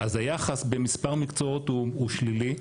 אז היחס במספר מקצועות הוא שלילי,